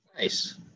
Nice